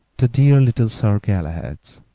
the dear little sir galahads,